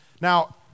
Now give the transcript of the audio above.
Now